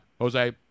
Jose